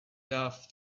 love